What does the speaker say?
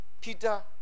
Peter